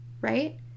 right